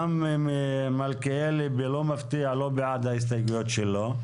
גם מלכיאלי, לא מפתיע, לא בעד ההסתייגויות שלו.